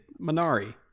Minari